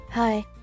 Hi